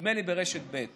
נדמה לי ברשת ב'.